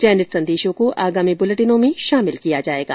चयनित संदेशों को आगामी बुलेटिनों में शामिल किया जाएगा